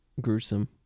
gruesome